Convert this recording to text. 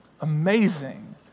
Amazing